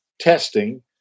testing